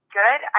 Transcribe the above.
good